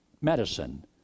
medicine